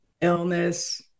illness